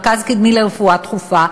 מרכז קדמי לרפואה דחופה,